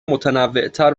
متنوعتر